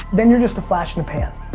then you're just a flash in the pan.